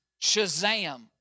Shazam